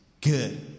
Good